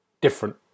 different